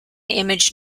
image